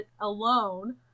alone